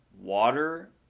water